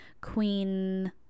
queen